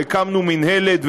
והקמנו מינהלת,